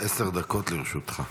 עשר דקות לרשותך.